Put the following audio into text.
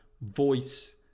voice